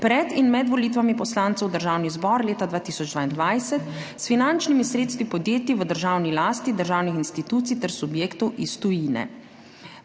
pred in med volitvami poslancev v Državni zbor leta 2022 s finančnimi sredstvi podjetij v državni lasti, državnih institucij ter subjektov iz tujine.